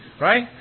right